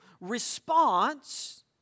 response